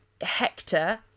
Hector